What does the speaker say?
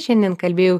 šiandien kalbėjau